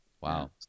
Wow